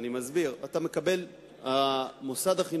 מה זה שווה-כסף לשרתים?